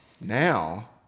now